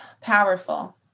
powerful